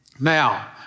Now